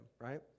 right